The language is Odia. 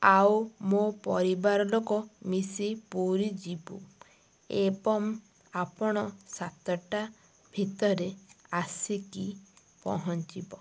ଆଉ ମୋ ପରିବାର ଲୋକ ମିଶି ପୁରୀ ଯିବୁ ଏବଂ ଆପଣ ସାତଟା ଭିତରେ ଆସିକି ପହଞ୍ଚିବ